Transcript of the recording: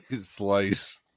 slice